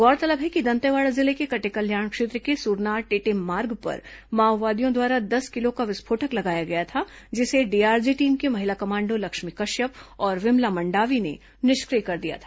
गौरतलब है कि दंतेवाड़ा जिले के कटेकल्याण क्षेत्र के सूरनार टेटेम मार्ग पर माओवादियों द्वारा दस किलो का विस्फोटक लगाया गया था जिसे डीआरजी टीम की महिला कमांडों लक्ष्मी कश्यप और विमला मंडावी ने निष्क्रिय कर दिया था